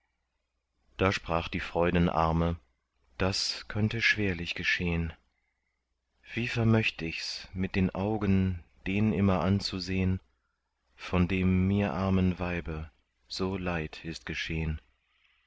da sprach die freudenarme das könnte schwerlich geschehn wie vermöcht ichs mit den augen den immer anzusehen von dem mir armen weibe so leid ist geschehn